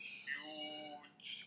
huge